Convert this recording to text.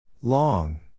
Long